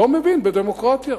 לא מבין בדמוקרטיה.